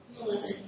Eleven